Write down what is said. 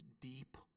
deep